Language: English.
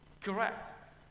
Correct